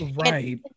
Right